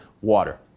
water